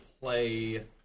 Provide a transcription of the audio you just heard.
play